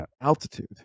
altitude